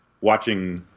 watching